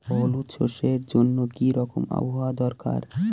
হলুদ সরষে জন্য কি রকম আবহাওয়ার দরকার?